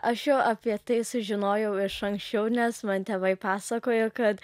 aš jau apie tai sužinojau iš anksčiau nes man tėvai pasakojo kad